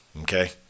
okay